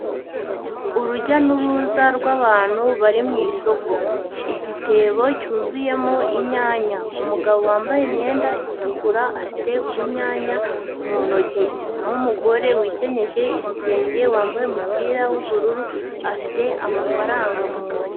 Urujya n'uruza rw'abantu bari mu isoko, igitebo cyuzuyemo inyanya, umugabo wambaye imyenda itukura afite urunyanya mu ntoki, na ho umugore wikenyeje igitenge wambaye umupira w'ubururu afite amafaranga mu ntoki.